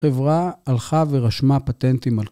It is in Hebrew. ‫חברה הלכה ורשמה פטנטים על.